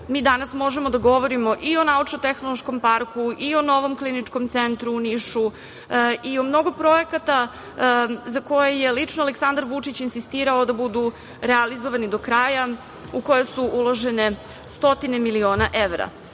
Mi danas možemo da odgovorimo i o naučno-tehnološkom parku i o novom Kliničkom centru u Nišu i o mnogo projekata za koje je lično Aleksandar Vučić insistirao da budu realizovani do kraja u koje su uložene stotine miliona